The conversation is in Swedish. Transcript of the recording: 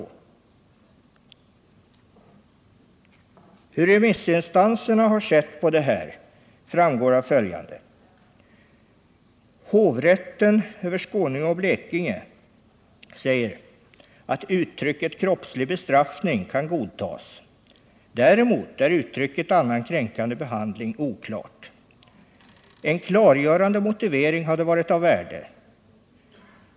Hur remissinstanserna har sett på detta framgår av följade. Hovrätten över Skåne och Blekinge säger: ”Uttrycket kroppslig bestraffning kan godtas. -—-- Däremot är uttrycket annan kränkande behandling oklart. -—-—- En klargörande motivering hade varit av värde.